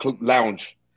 lounge